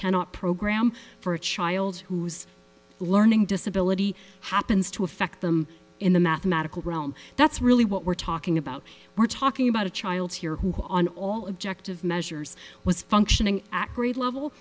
cannot program i'm for a child who's learning disability happens to affect them in the mathematical realm that's really what we're talking about we're talking about a child here who on all objective measures was functioning act grade level